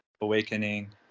awakening